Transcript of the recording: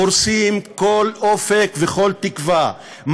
הורסים כל אופק וכל תקווה,